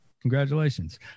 congratulations